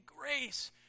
grace